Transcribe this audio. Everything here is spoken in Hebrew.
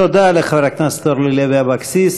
תודה לחברת הכנסת אורלי לוי אבקסיס.